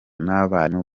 n’abarimu